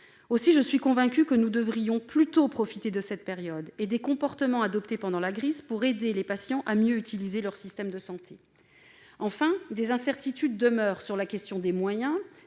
pourquoi je suis convaincue que nous devrions plutôt profiter de cette période et des comportements adoptés pendant la crise pour aider les patients à mieux utiliser notre système de santé. Enfin, des incertitudes demeurent sur la question des moyens.